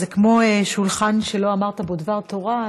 זה כמו שולחן שלא אמרת בו דבר תורה,